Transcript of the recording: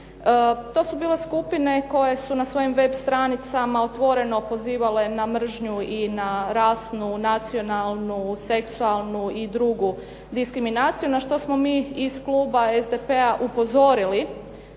To su bile skupine koje su na svojim web stranicama otvoreno pozivale na mržnju i na rasnu, nacionalnu, seksualnu i drugu diskriminaciju, na što smo mi iz kluba SDP-a upozorili,